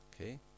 Okay